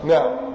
Now